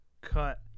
cut